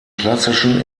klassischen